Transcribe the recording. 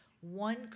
One